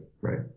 right